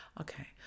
Okay